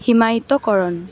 হিমায়িতকৰণ